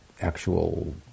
actual